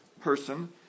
person